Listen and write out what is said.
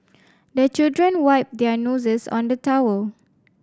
the children wipe their noses on the towel